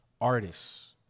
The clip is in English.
artists